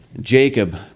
Jacob